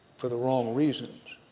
for the wrong reason,